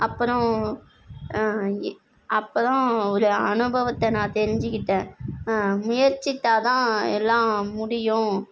அப்புறோம் அப்போ தான் ஒரு அனுபவத்தை நான் தெரிஞ்சிக்கிட்டேன் முயற்சித்தால் தான் எல்லாம் முடியும்